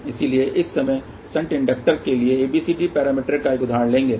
इसलिए इस समय शंट इंडक्टर के लिए ABCD पैरामीटर का एक उदाहरण लेगे